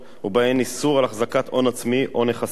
ובהן איסור החזקת הון עצמי או נכסים,